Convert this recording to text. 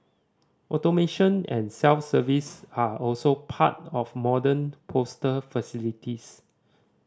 automation and self service are also part of modern postal facilities